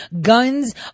guns